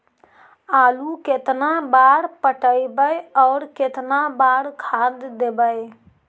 आलू केतना बार पटइबै और केतना बार खाद देबै?